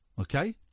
Okay